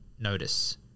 notice